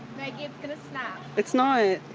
maggie, it's gonna snap. it's not.